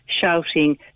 shouting